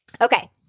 Okay